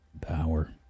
power